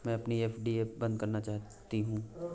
मैं अपनी एफ.डी बंद करना चाहती हूँ